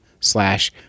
Slash